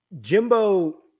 jimbo